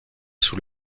sous